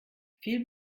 viel